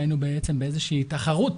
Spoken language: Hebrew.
שהיינו בעצם באיזושהי תחרות